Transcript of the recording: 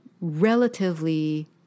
relatively